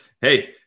hey